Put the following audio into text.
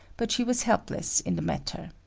but she was helpless in the matter.